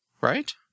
Right